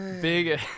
Big